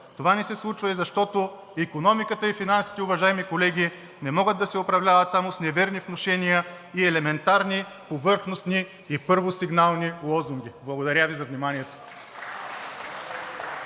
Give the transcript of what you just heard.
Това не се случва, защото икономиката и финансите, уважаеми колеги, не могат да се управляват само с неверни внушения, елементарни, повърхностни и първосигнални лозунги. Благодаря Ви за вниманието.